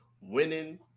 winning